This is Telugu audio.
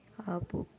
ఆపు